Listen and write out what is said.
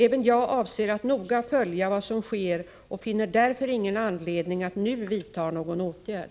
Även jag avser att noga följa vad som sker och finner därför ingen anledning att nu vidta någon åtgärd.